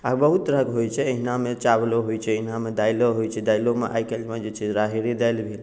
आ बहुत तरहक होइत छै अहिनामे चावलो होइत छै अहिनामे दालिओ होइत छै दालिओमे आइ काल्हिमे जे छै राहैरे दालि भेल